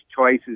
choices